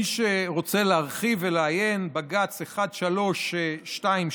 מי שרוצה להרחיב ולעיין: בג"ץ 1322,